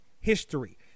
history